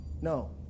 No